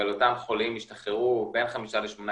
אבל אותם חולים השתחררו בין חמישה לשמונה